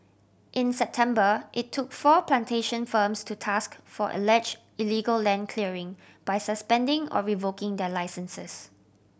in September it took four plantation firms to task for allege illegal land clearing by suspending or revoking their licences